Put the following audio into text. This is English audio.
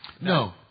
No